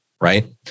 right